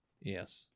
yes